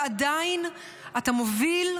ועדיין אתה מוביל,